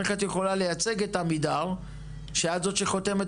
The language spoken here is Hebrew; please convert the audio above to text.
איך את יכולה לייצג את עמידר אם זאת שחותמת